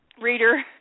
Reader